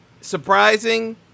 Surprising